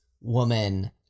woman